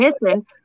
missing